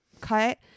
cut